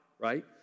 right